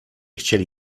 chcieli